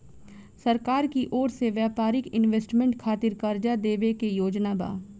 सरकार की ओर से व्यापारिक इन्वेस्टमेंट खातिर कार्जा देवे के योजना बा